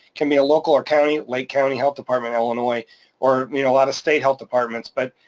can be a local or county, lake county health department, illinois or you know a lot of state health departments, but